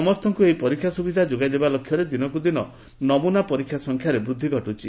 ସମସ୍ତଙ୍କୁ ଏହି ପରୀକ୍ଷା ସୁବିଧା ଯୋଗାଇବା ଲକ୍ଷ୍ୟରେ ଦିନକୁ ଦିନ ନମୁନା ପରୀକ୍ଷା ସଂଖ୍ୟାରେ ବୃଦ୍ଧି ଘଟୁଛି